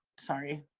sorry.